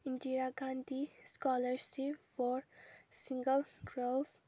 Indira Gandhi scholarship for single girls